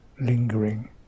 lingering